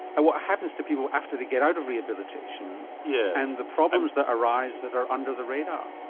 at what happens to people after they get out of rehabilitation yeah and the problems that arise that are under the radar.